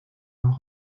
noch